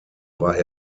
war